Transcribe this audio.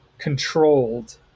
controlled